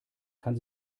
kann